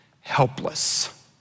helpless